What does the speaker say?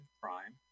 Prime